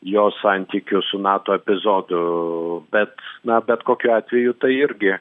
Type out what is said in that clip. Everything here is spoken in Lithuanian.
jos santykių su nato epizodų bet na bet kokiu atveju tai irgi